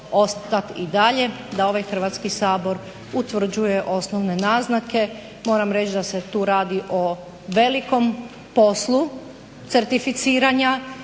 ostat i dalje da ovaj Hrvatski sabor utvrđuje osnovne naznake. Moram reći da se tu radi o velikom poslu certificiranja.